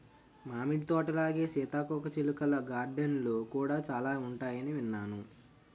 మామిడి తోటలాగే సీతాకోకచిలుకల గార్డెన్లు కూడా చాలా ఉంటాయని విన్నాను